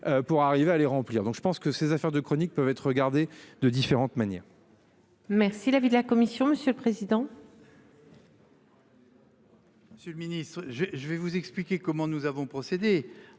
pour arriver à les remplir. Donc je pense que ces affaires, de chroniques peuvent être regardés de différentes manières. Merci. L'avis de la commission, monsieur le président. Monsieur le Ministre, j'ai, je vais vous expliquer comment nous avons procédé